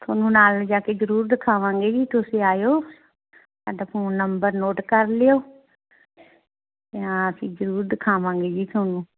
ਤੁਹਾਨੂੰ ਨਾਲ ਲਿਜਾ ਕੇ ਜ਼ਰੂਰ ਦਿਖਾਵਾਂਗੇ ਜੀ ਤੁਸੀਂ ਆਇਓ ਸਾਡਾ ਫੋਨ ਨੰਬਰ ਨੋਟ ਕਰ ਲਿਓ ਅਤੇ ਹਾਂ ਅਸੀਂ ਜ਼ਰੂਰ ਦਿਖਾਵਾਂਗੇ ਜੀ ਤੁਹਾਨੂੰ